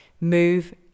Move